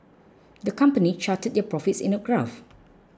the company charted their profits in a graph